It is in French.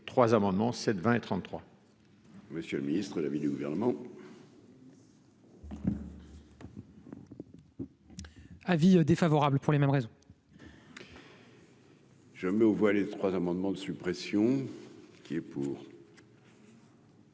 amendements 7 20 et 33. Monsieur le ministre est l'avis du gouvernement. Avis défavorable pour les mêmes raisons. Je mets aux voix les trois amendements de suppression